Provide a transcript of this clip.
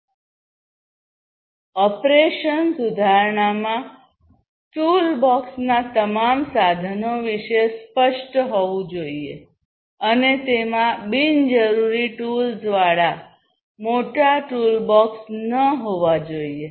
operation સુધારણામાં ટૂલબોક્સના તમામ સાધનો વિશે સ્પષ્ટ હોવું જોઈએ અને તેમાં બિનજરૂરી ટૂલ્સવાળા મોટા ટૂલબોક્સ ન હોવા જોઈએ